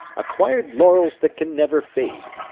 acquired laurels that can never fade.